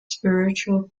spiritual